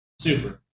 Super